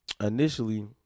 initially